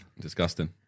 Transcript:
Disgusting